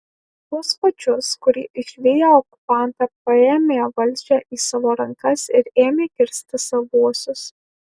tuos pačius kurie išviję okupantą paėmė valdžią į savo rankas ir ėmė kirsti savuosius